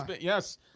Yes